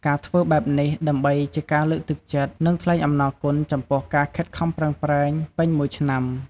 ការធ្វើបែបនេះដើម្បីជាការលើកទឹកចិត្ត និងថ្លែងអំណរគុណចំពោះការខិតខំប្រឹងប្រែងពេញមួយឆ្នាំ។